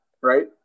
right